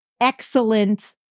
excellent